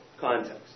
context